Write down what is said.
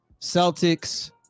Celtics